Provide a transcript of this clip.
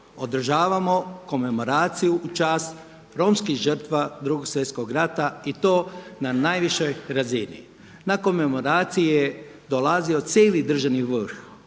održavamo komemoraciju u čast romskim žrtvama Drugog svjetskog rata i to na najvišoj razini. Na komemoraciji je dolazio cijeli državni vrh